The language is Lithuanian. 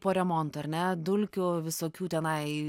po remonto ar ne dulkių visokių tenai